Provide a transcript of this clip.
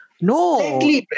No